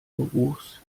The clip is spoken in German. geruchs